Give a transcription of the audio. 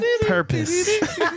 purpose